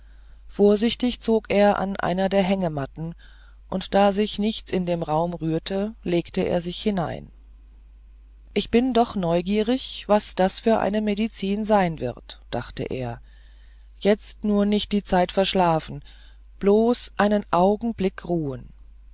vorsichtig zog er an einer der hängematten und da sich nichts in dem raum rührte legte er sich hinein ich bin doch neugierig was das für eine medizin sein wird dachte er jetzt nur nicht die zeit verschlafen bloß einen augenblick ruhen